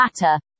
matter